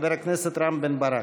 חבר הכנסת רם בן-ברק.